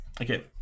Okay